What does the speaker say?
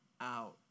out